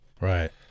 Right